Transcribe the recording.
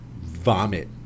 vomit